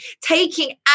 taking